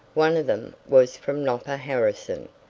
one of them was from nopper harrison,